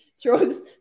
throws